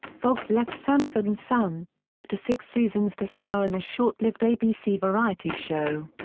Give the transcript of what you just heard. foxx left sanford and son, after six seasons to star in a short-lived abc variety show.